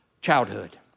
childhood